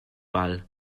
ball